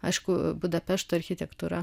aišku budapešto architektūra